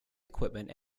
equipment